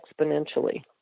exponentially